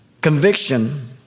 Conviction